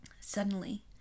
Suddenly